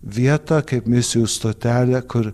vietą kaip misijų stotelė kur